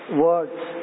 words